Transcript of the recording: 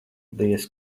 diez